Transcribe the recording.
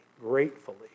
gratefully